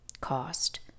cost